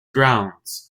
grounds